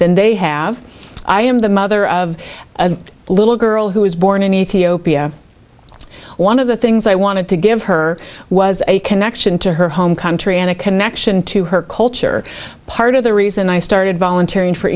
than they have i am the mother of a little girl who was born in ethiopia one of the things i wanted to give her was a connection to her home country and a connection to her culture part of the reason i started volunteering for